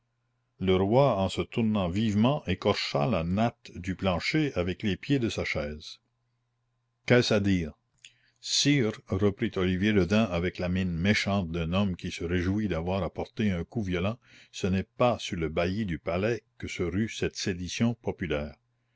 le roi en se tournant vivement écorcha la natte du plancher avec les pieds de sa chaise qu'est-ce à dire sire reprit olivier le daim avec la mine méchante d'un homme qui se réjouit d'avoir à porter un coup violent ce n'est pas sur le bailli du palais que se rue cette sédition populaire